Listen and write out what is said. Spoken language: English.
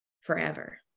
forever